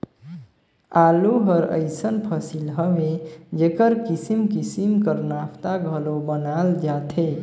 आलू हर अइसन फसिल हवे जेकर किसिम किसिम कर नास्ता घलो बनाल जाथे